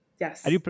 Yes